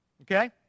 okay